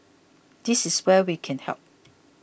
this is where we can help